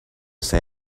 say